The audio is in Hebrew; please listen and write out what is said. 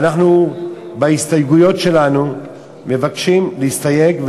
ואנחנו בהסתייגויות שלנו מבקשים להסתייג,